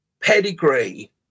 pedigree